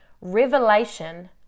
revelation